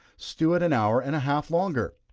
stew it an hour and a half longer.